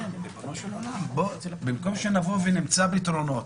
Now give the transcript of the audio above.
במקום שנמצא פתרונות